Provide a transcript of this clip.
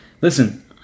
Listen